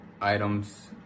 items